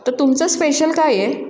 तर तुमचं स्पेशल काय आहे